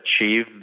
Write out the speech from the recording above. achieve